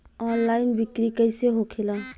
Online बिक्री कैसे होखेला?